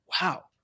wow